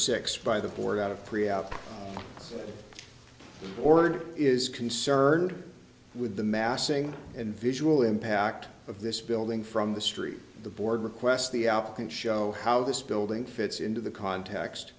six by the board out of pre op ordered is concerned with the massing and visual impact of this building from the street the board requests the op can show how this building fits into the context